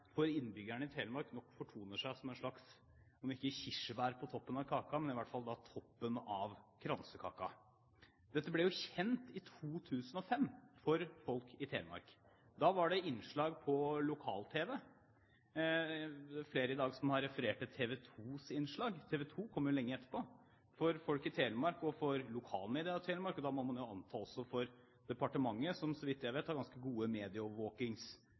for innbyggerne i Telemark nok fortoner seg som en slags om ikke kirsebær på toppen av kaken, så i hvert fall toppen av kransekaken: Dette ble jo kjent for folk i Telemark i 2005. Da var det innslag på lokal-tv. Det er flere i dag som har referert til TV 2s innslag – TV 2 kom jo lenge etterpå. For folk i Telemark og for lokalmedier der, og man må anta at også for departementet – som så vidt jeg vet har ganske gode